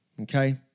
okay